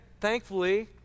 thankfully